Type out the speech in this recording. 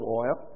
oil